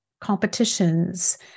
competitions